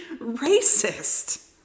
racist